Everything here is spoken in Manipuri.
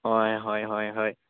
ꯍꯣꯏ ꯍꯣꯏ ꯍꯣꯏ ꯍꯣꯏ